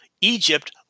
Egypt